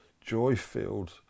joy-filled